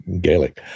Gaelic